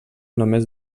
només